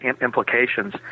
implications